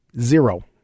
Zero